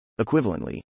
Equivalently